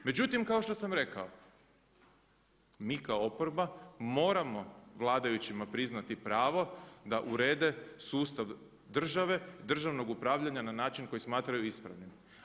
Međutim, kao što sam rekao, mi kao oporba moramo vladajućima priznati pravo da urede sustav države i državnog upravljanja na način koji smatraju ispravnim.